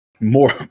more